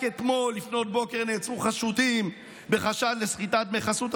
רק אתמול לפנות בוקר נעצרו חשודים בחשד לסחיטת דמי חסות.